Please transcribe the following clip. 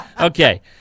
Okay